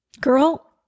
Girl